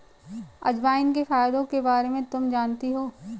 अजवाइन के फायदों के बारे में तुम जानती हो?